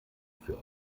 für